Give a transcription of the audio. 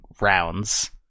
rounds